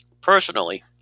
Personally